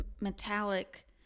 metallic